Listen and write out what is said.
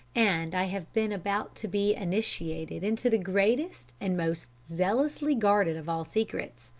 and i have been about to be initiated into the greatest and most zealously guarded of all secrets.